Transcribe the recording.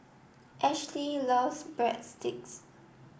Ashli loves Breadsticks